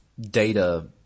data